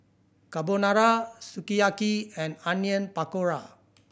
Carbonara Sukiyaki and Onion Pakora